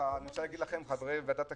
חברי ועדת הכספים,